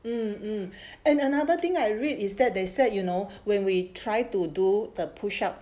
mm mm and another thing I read is that they said you know when we try to do the push up